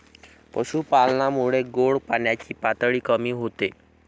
पशुपालनामुळे गोड पाण्याची पातळी कमी होते